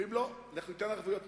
אומרים: לא, אנחנו ניתן ערבויות מדינה.